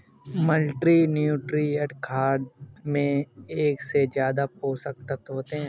multinutrient खाद में एक से ज्यादा पोषक तत्त्व होते है